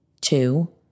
Two